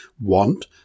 want